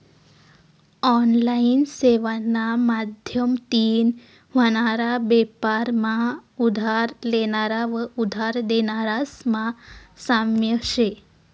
online सेवाना माध्यमतीन व्हनारा बेपार मा उधार लेनारा व उधार देनारास मा साम्य शे